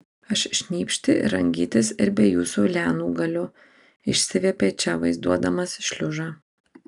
aš šnypšti ir rangytis ir be jūsų lianų galiu išsiviepė če vaizduodamas šliužą